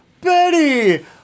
Betty